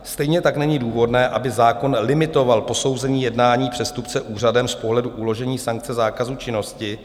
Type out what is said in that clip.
Stejně tak není důvodné, aby zákon limitoval posouzení jednání přestupce úřadem z pohledu uložení sankce zákazu činnosti.